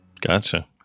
Gotcha